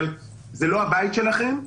אבל זה לא הבית שלכם.